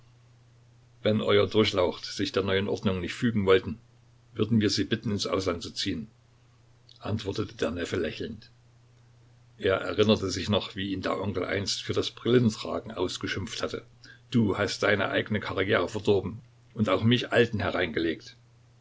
wenn eure durchlaucht sich der neuen ordnung nicht fügen wollten würden wir sie bitten ins ausland zu ziehen antwortete der neffe lächelnd er erinnerte sich noch wie ihn der onkel einst für das brillentragen ausgeschimpft hatte du hast deine eigene karriere verdorben und auch mich alten hereingelegt